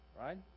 Right